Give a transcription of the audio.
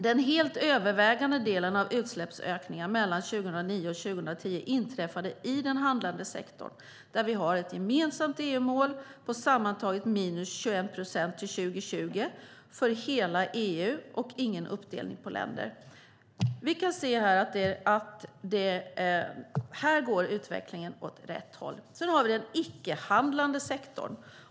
Den helt övervägande delen av utsläppsökningarna mellan 2009 och 2010 inträffade i den handlande sektorn, där vi har ett gemensamt EU-mål på sammantaget minus 21 procent till 2020 för hela EU utan uppdelning på länder. Vi kan se att utvecklingen här går åt rätt håll. Sedan har vi den icke-handlande sektorn.